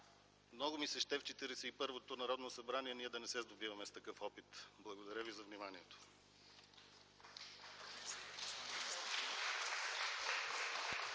в Четиридесет и първото Народно събрание ние да не се сдобиваме с такъв опит. Благодаря Ви за вниманието.